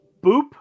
Boop